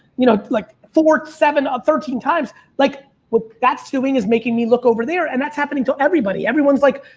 you know, like four, seven, or thirteen times. like what that's doing is making me look over there and that's happening to everybody. everyone's like,